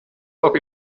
auch